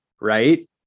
right